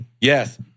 yes